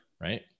right